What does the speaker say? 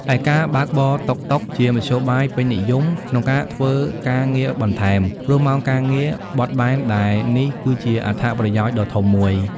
ឯការបើកបរតុកតុក ជាមធ្យោបាយពេញនិយម ក្នុងការធ្វើការងារបន្ថែម ព្រោះម៉ោងការងារបត់បែនដែលនេះគឺជាអត្ថប្រយោជន៍ដ៏ធំមួយ។